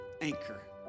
anchor